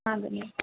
ಹಾಂ ಬನ್ನಿ